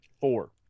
Four